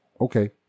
Okay